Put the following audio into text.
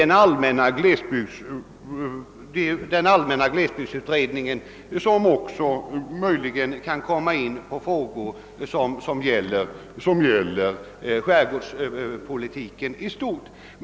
Detsamma gäller den allmänna glesbygdsutredningen, som också möjligen kan komma in på frågor som gäller skärgårdsproblematiken i stort.